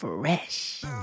fresh